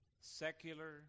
secular